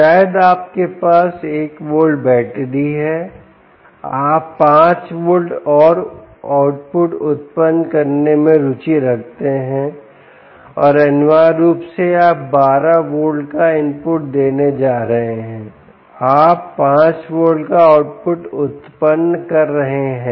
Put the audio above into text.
शायद आपके पास एक वोल्ट बैटरी है आप 5 वोल्ट और आउटपुट उत्पन्न करने में रुचि रखते हैं और अनिवार्य रूप से आप 12 वोल्ट का इनपुट देने जा रहे हैं आप 5 वोल्ट का आउटपुट उत्पन्न कर रहे हैं